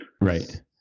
Right